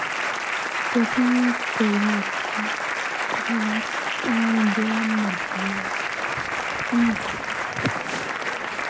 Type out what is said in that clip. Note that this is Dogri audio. ते फ्ही कोई नी रोकी सकदा कोई नी भाएं जेह्ड़ा मर्जी होऐ हैनी रोकी सकदा